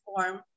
form